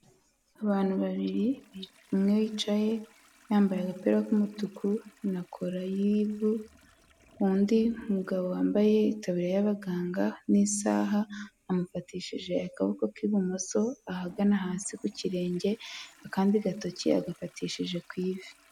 Abantu babiri, umwe yicaye yambaye agapira k'umutuku na kora y'ivu, undi mugabo wambaye itaburiya y'abaganga n'isaha, amufatishije akaboko k'ibumoso ahagana hasi ku kirenge, akandi gatotoki agafatishije ku ivi.